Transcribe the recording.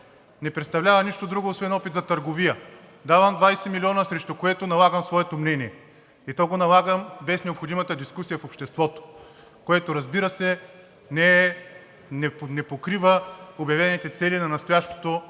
не представлява нищо друго, освен опит за търговия – давам 20 милиона, срещу което налагам своето мнение, и то го налагам без необходимата дискусия в обществото, което, разбира се, не покрива обявените цели на настоящото